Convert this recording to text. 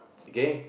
okay